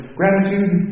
gratitude